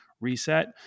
reset